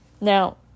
Now